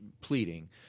pleading